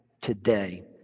today